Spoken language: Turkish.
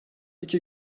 iki